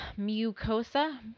mucosa